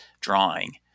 drawing